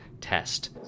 test